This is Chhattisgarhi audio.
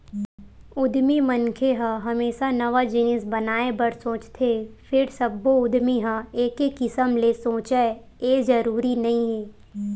उद्यमी मनखे ह हमेसा नवा जिनिस बनाए बर सोचथे फेर सब्बो उद्यमी ह एके किसम ले सोचय ए जरूरी नइ हे